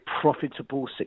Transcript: profitable